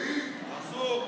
מנסור,